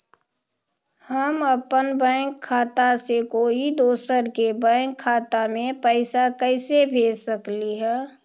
हम अपन बैंक खाता से कोई दोसर के बैंक खाता में पैसा कैसे भेज सकली ह?